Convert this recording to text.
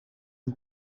een